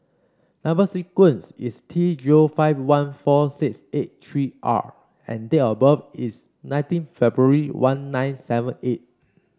number sequence is T zero five one four six eight three R and date of birth is nineteen February one nine seven eight